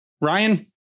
Ryan